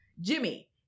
Jimmy